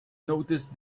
noticed